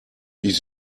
ich